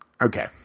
Okay